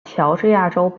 乔治亚州